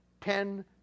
Ten